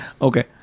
Okay